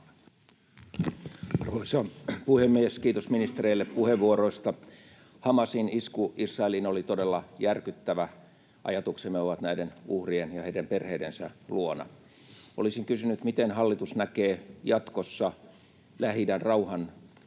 puheenvuoroista. Hamasin isku Israeliin oli todella järkyttävä. Ajatuksemme ovat näiden uhrien ja heidän perheidensä luona. Olisin kysynyt, miten hallitus näkee jatkossa Lähi-idän rauhanponnistelut,